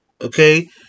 Okay